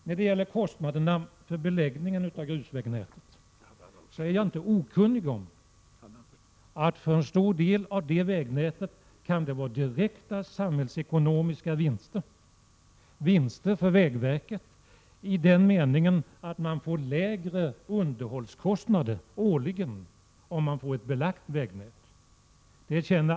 När det gäller kostnaderna för beläggningen av grusvägnätet är jag inte okunnig om att det för en stor del av vägnätet kan vara fråga om direkta samhällsekonomiska vinster för vägverket =i den meningen att man årligen får lägre underhållskostnader i och med att man belagt vägnätet.